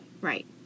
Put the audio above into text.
Right